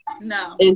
no